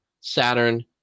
saturn